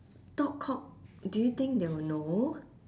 talk cock do you think they will know